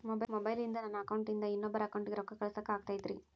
ಮೊಬೈಲಿಂದ ನನ್ನ ಅಕೌಂಟಿಂದ ಇನ್ನೊಬ್ಬರ ಅಕೌಂಟಿಗೆ ರೊಕ್ಕ ಕಳಸಾಕ ಆಗ್ತೈತ್ರಿ?